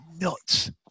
nuts